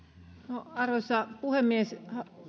arvoisa puhemies